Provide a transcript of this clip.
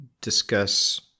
discuss